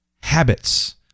Habits